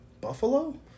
Buffalo